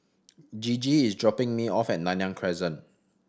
Gigi is dropping me off at Nanyang Crescent